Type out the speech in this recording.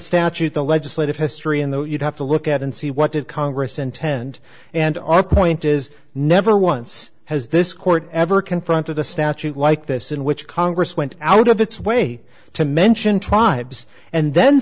statute the legislative history in that you'd have to look at and see what did congress intend and our point is never once has this court ever confronted a statute like this in which congress went out of its way to mention tribes and then